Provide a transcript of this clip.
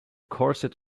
corset